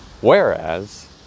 Whereas